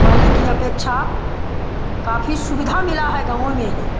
पहले की अपेक्षा काफी सुविधा मिला है गाँवों में